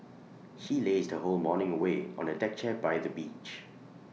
she lazed whole morning away on A deck chair by the beach